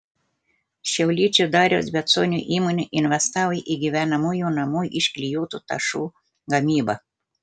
šiauliečio dariaus beconio įmonė investavo į gyvenamųjų namų iš klijuotų tašų gamybą